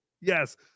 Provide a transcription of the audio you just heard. yes